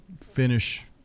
finish